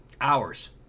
hours